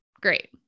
great